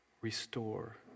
restore